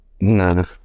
No